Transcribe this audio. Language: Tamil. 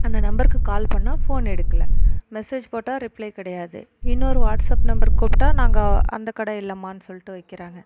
அந்த நம்பருக்கு கால் பண்ணால் ஃபோன் எடுக்கலை மெசேஜ் போட்டால் ரிப்ளை கிடையாது இன்னோரு வாட்ஸ்அப் நம்பருக்கு கூப்பிட்டா நாங்கள் அந்த கடை இல்லைமான்னு சொல்லிட்டு வைக்கிறாங்க